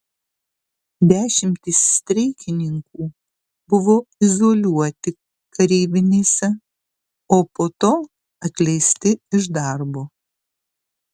dešimtys streikininkų buvo izoliuoti kareivinėse o po to atleisti iš darbo